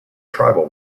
tribal